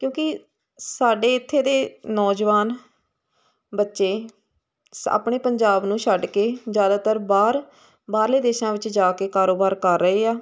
ਕਿਉਂਕਿ ਸਾਡੇ ਇੱਥੇ ਦੇ ਨੌਜਵਾਨ ਬੱਚੇ ਆਪਣੇ ਪੰਜਾਬ ਨੂੰ ਛੱਡ ਕੇ ਜ਼ਿਆਦਾਤਰ ਬਾਹਰ ਬਾਹਰਲੇ ਦੇਸ਼ਾਂ ਵਿੱਚ ਜਾ ਕੇ ਕਾਰੋਬਾਰ ਕਰ ਰਹੇ ਆ